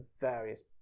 various